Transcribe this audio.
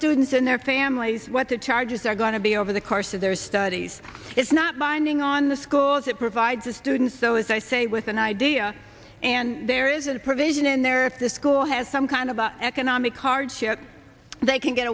students and their families what the charges are going to be over the course of their studies it's not binding on the schools it provides the students so as i say with an idea and there is a provision in there the school has some kind of economic hardship they can get